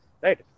right